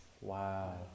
Wow